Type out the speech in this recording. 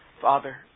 Father